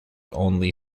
only